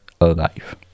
alive